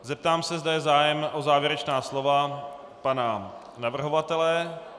Zeptám se, zda je zájem o závěrečná slova pana navrhovatele.